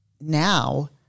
now